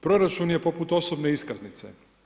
Proračun je poput osobne iskaznice.